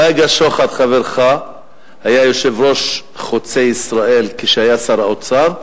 בייגה שוחט חברך היה יושב-ראש "חוצה ישראל" כשהיה שר האוצר,